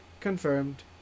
Confirmed